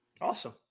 Awesome